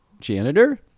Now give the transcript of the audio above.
Janitor